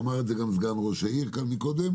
ואמר את זה גם סגן ראש העיר כאן מקודם,